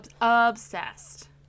Obsessed